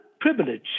privilege